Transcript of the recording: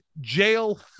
jail